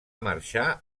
marxar